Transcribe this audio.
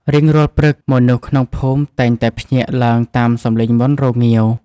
រៀងរាល់ព្រឹក មនុស្សក្នុងភូមិតែងតែភ្ញាក់ឡើងតាមសម្លេងមាន់រងាវ។